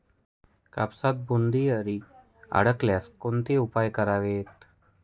कापसात बोंडअळी आढळल्यास कोणते उपाय करावेत?